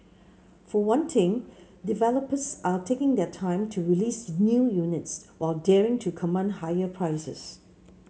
for one thing developers are taking their time to release new units while daring to command higher prices